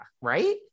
right